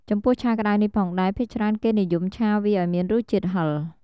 ចំពោះឆាក្តៅនេះផងដែរ ភាគច្រើនគេនិយមឆាវាឱ្យមានរសជាតិហឹរ។